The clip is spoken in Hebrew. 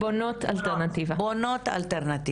הדוחות האלה מאוד ברורים